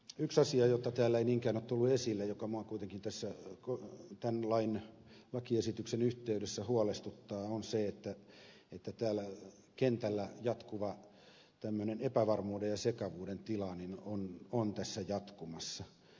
yksi asia joka täällä ei niinkään ole tullut esille joka minua kuitenkin tässä tämän lakiesityksen yhteydessä huolestuttaa on se että tällä kentällä jatkuva epävarmuuden ja sekavuuden tila on tässä jatkumassa